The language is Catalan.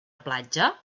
platja